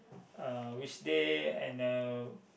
uh which day and uh